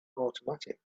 automatic